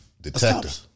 Detective